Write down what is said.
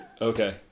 Okay